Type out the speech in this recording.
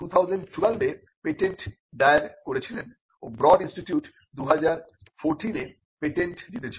Berkeley 2012 এ patent দায়ের করেছিলেন ও ব্রড ইনস্টিটিউট 2014 এ পেটেন্ট জিতেছিল